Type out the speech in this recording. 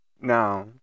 now